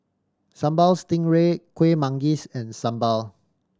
Sambal Stingray Kuih Manggis and sambal